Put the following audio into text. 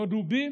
לא דובים